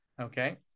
Okay